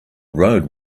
road